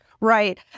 Right